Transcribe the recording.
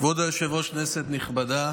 כנסת נכבדה,